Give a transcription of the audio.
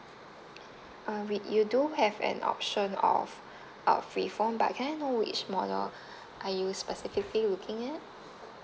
uh we you do have an option of a free phone but can I know which model are you specifically looking at